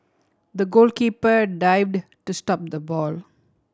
the goalkeeper dived to stop the ball